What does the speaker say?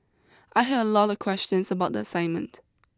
I had a lot of questions about the assignment